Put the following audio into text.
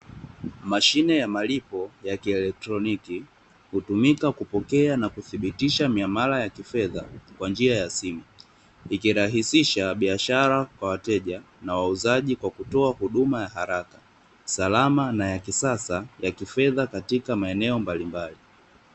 Mashine ya malipo ya kielektroniki, hutumika kupokea na kuthibitisha miamala ya kifedha kwa njia ya simu, ikirahisisha biashara kwa wateja na wauzaji kwa kutoa huduma ya uharaka, salama na ya kisasa ya kifedha katika maeneo mbalimbali.